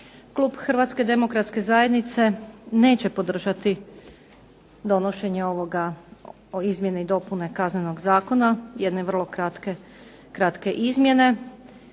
Klub Hrvatske demokratske zajednice neće podržati donošenje ovoga, izmjene i dopune Kaznenog zakona, jedne vrlo kratke izmjene